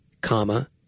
comma